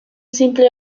simple